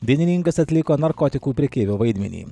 dainininkas atliko narkotikų prekeivio vaidmenį